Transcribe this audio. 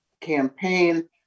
campaign